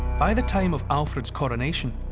by the time of alfred's coronation,